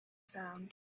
sound